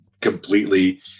completely